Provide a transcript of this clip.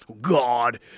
God